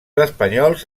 espanyols